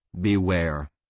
beware